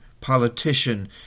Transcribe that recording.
politician